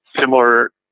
similar